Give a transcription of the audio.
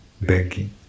begging